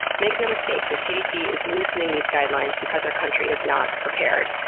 make no mistake, the cdc is loosening these guidelines because our country is not prepared.